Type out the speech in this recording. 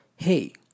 Hey